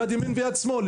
יד ימין ויד שמאל,